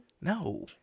No